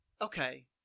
Okay